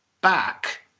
back